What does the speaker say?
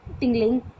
tingling